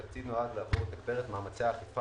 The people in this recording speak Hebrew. התקציב נועד לעזור לתגבר את מאמצי האכיפה